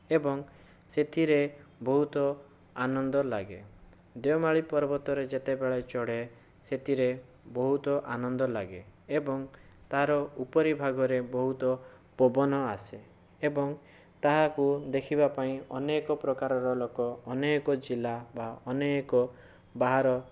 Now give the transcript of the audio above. ଏବଂ ସେଥିରେ ବହୁତ ଆନନ୍ଦ ଲାଗେ ଦେଓମାଳି ପର୍ବତରେ ଯେତେବେଳେ ଚଢ଼େ ସେଥିରେ ବହୁତ ଆନନ୍ଦ ଲାଗେ ଏବଂ ତାର ଉପରି ଭାଗରେ ବହୁତ ପବନ ଆସେ ଏବଂ ତାହାକୁ ଦେଖିବା ପାଇଁ ଅନେକ ପ୍ରକାରର ଲୋକ ଅନେକ ଜିଲ୍ଲା ବା ଅନେକ ବାହାର